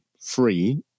free